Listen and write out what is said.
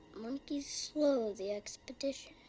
monkeys slow the expedition.